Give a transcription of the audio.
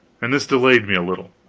and this delayed me a little.